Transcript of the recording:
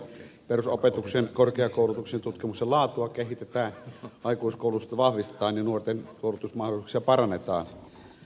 perusopetuksen korkeakoulutuksen tutkimuksen laatua kehitetään aikuiskoulutusta vahvistetaan ja nuorten koulutusmahdollisuuksia parannetaan